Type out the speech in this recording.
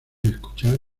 escuchar